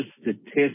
statistics